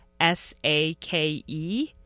S-A-K-E